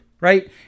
right